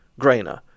Grainer